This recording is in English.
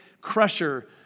crusher